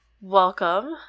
Welcome